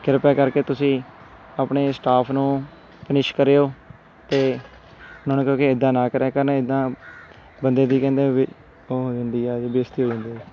ਕਿਰਪਾ ਕਰਕੇ ਤੁਸੀਂ ਆਪਣੇ ਸਟਾਫ ਨੂੰ ਪਨਿਸ਼ ਕਰਿਓ ਅਤੇ ਉਹਨਾਂ ਨੂੰ ਕਹੋ ਕਿ ਇੱਦਾਂ ਨਾ ਕਰਿਆ ਕਰਨ ਇੱਦਾਂ ਬੰਦੇ ਦੀ ਕਹਿੰਦੇ ਵੀ ਉਹ ਹੋ ਜਾਂਦੀ ਆ ਬੇਸਤੀ ਹੋ ਜਾਂਦੀ ਆ